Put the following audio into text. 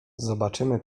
zobaczymy